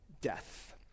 death